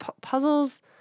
puzzles